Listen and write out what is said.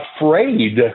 afraid